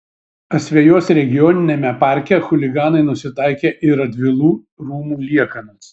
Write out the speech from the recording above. asvejos regioniniame parke chuliganai nusitaikė į radvilų rūmų liekanas